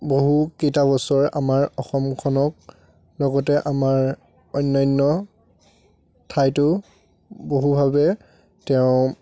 বহুকেইটা বছৰ আমাৰ অসমখনক লগতে আমাৰ অন্যান্য ঠাইতো বহুভাৱে তেওঁ